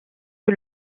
que